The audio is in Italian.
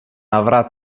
avrà